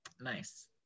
Nice